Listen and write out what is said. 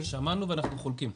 שמענו ואנחנו חולקים.